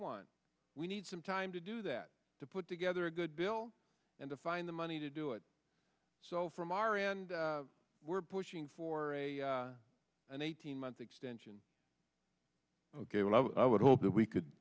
want we need some time to do that to put together a good bill and to find the money to do it so from our end we're pushing for a an eighteen month extension ok well i would hope that we could